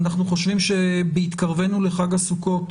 אנחנו חושבים שבהתקרב חג הסוכות,